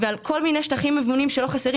ועל כל מיני שטחים מבונים, שלא חסרים.